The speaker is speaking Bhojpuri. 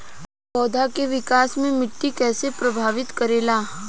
पौधा के विकास मे मिट्टी कइसे प्रभावित करेला?